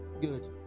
good